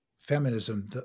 feminism